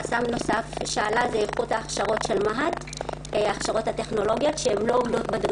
חסם נוסף שעלה הוא איכות ההכשרות הטכנולוגיות של מה"ט,